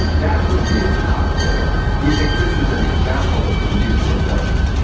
that to me is not fair. we think this is an example of procedural justice.